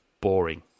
Boring